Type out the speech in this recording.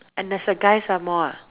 and that's a guy some more ah